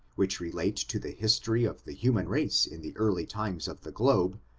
which re late to the history of the human race in the early times of the globe,